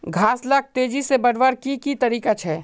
घास लाक तेजी से बढ़वार की की तरीका छे?